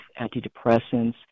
antidepressants